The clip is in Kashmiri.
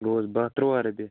گوٚو حظ باہ تُرٛوَہ رۄپیہِ